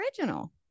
original